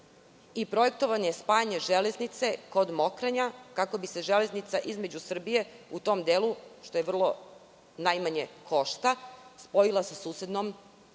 i projektovano je spajanje železnice kod Mokranja, kako bi se železnica Srbije u tom delu, što najmanje košta, spojila sa susednom